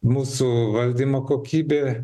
mūsų valdymo kokybė